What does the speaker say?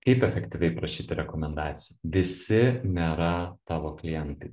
kaip efektyviai prašyti rekomendacijų visi nėra tavo klientai